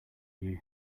you